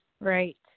Right